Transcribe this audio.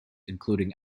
including